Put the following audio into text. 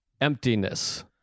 emptiness